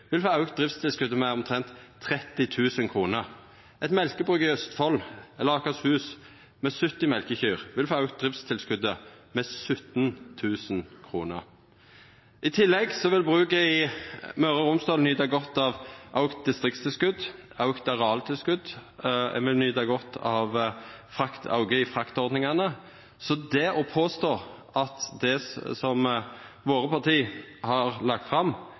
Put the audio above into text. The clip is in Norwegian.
vil få auka driftstilskotet med omtrent 30 000 kr. Eit mjølkebruk i Østfold eller Akershus med 70 mjølkekyr vil få auka driftstilskotet med 17 000 kr. I tillegg vil bruket i Møre og Romsdal nyta godt av auka distriktstilskot, auka arealtilskot, og ein vil nyta godt av auken i fraktordningane. Så å påstå at det som våre parti har lagt